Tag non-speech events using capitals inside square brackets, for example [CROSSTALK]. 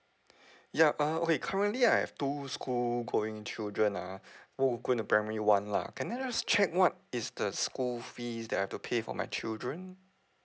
[BREATH] ya uh okay currently I have two school going children ah [BREATH] who going to primary one lah can I just check what is the school fees that I have to pay for my children